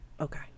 okay